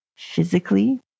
physically